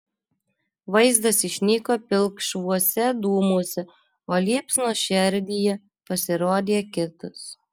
vaizdas išnyko pilkšvuose dūmuose o liepsnos šerdyje pasirodė kitas